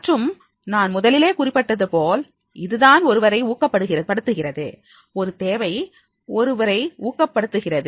மற்றும் நான் முதலிலே குறிப்பிட்டதுபோல் இதுதான் ஒருவரை ஊக்கப்படுத்துகிறது ஒரு தேவை ஒருவரை ஊக்கப்படுத்துகிறது